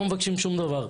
לא מבקשים שום דבר.